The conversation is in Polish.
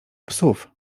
psów